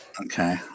Okay